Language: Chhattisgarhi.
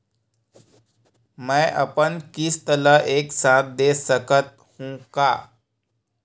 मै अपन किस्त ल एक साथ दे सकत हु का?